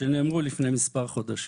שנאמרו לפני כמה חודשים.